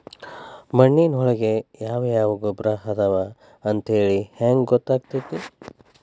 ಮಣ್ಣಿನೊಳಗೆ ಯಾವ ಯಾವ ಗೊಬ್ಬರ ಅದಾವ ಅಂತೇಳಿ ಹೆಂಗ್ ಗೊತ್ತಾಗುತ್ತೆ?